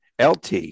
LT